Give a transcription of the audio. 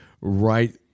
right